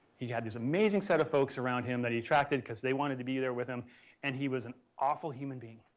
he had this amazing set of folks around him that he attracted, because they wanted to be there with him and he was an awful human being.